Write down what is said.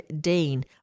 Dean